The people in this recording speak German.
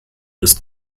ist